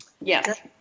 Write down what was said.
Yes